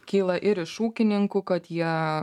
kyla ir iš ūkininkų kad jie